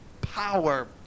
power